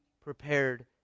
prepared